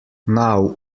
now